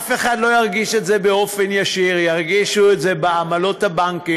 אף אחד לא ירגיש את זה באופן ישיר: ירגישו את זה בעמלות הבנקים,